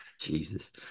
Jesus